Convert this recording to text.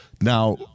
Now